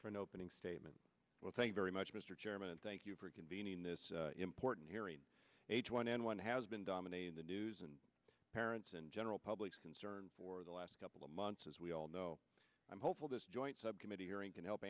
for an opening statement well thank you very much mr chairman thank you for convening this important hearing h one n one has been dominating the news and parents and general public's concern for the last couple of months as we all know i'm hopeful this joint subcommittee hearing can help